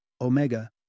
omega